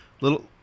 Little